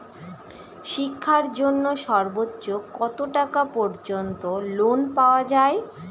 শিক্ষার জন্য সর্বোচ্চ কত টাকা পর্যন্ত লোন পাওয়া য়ায়?